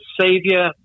Savior